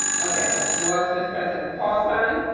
okay, noel smith present. and paulson.